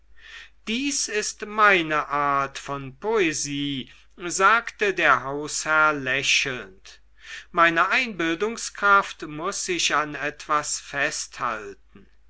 dies ist meine art von poesie sagte der hausherr lächelnd meine einbildungskraft muß sich an etwas festhalten